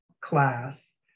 class